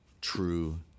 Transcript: true